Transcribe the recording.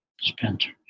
Spencer